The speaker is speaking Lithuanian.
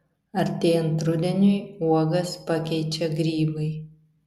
artėjant rudeniui uogas pakeičia grybai